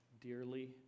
dearly